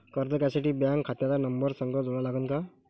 कर्ज घ्यासाठी बँक खात्याचा नंबर संग जोडा लागन का?